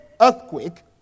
earthquake